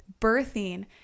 birthing